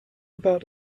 about